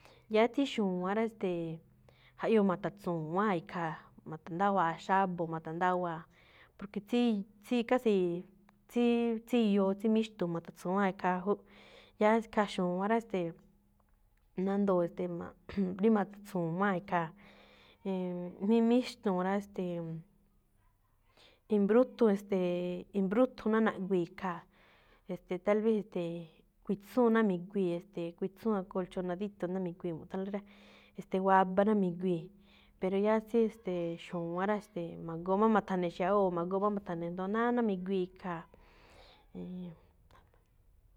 Yáá tsí xu̱wán rá, ste̱e̱, jaꞌyoo ma̱ta̱tsu̱wáa̱n ikhaa̱, ma̱ta̱ndáwáa̱ xábo̱, ma̱ta̱ndáwáa̱. Porque tsí, casi̱i̱i̱ tsíí, tsíyoo tsí míxtu̱u̱n ma̱ta̱tsu̱wáan ikhaa júꞌ. Yáá ikhaa xu̱wán rá, ste̱e̱, nandoo̱ e̱ste̱e̱ rí ma̱ta̱tsu̱wáa̱n ikhaa̱. Nnn mí míxtu̱u̱n rá, ste̱e̱, i̱mbrúthun, e̱ste̱e̱, i̱mbrúthun ná naꞌguii̱ khaa̱, e̱ste̱e̱, tal vez, e̱ste̱e̱, kuítsúun ná mi̱guii̱, ste̱e̱, kuitsúun akolchonadíto̱ ná mi̱guii̱ mu̱ꞌthánlóꞌ rá, e̱ste̱ waba ná mi̱guii̱. Pero yáá tsí, ste̱e̱, xu̱wán rá, e̱ste̱e̱, ma̱goo máꞌ ma̱tha̱ne̱ xiawoo̱, ma̱goo máꞌ ma̱tha̱ne̱, sndo náá ná mi̱guii̱ khaa̱.